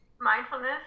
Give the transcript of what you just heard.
Mindfulness